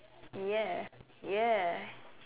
ya ya